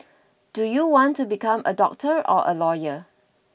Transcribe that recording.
do you want to become a doctor or a lawyer